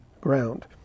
ground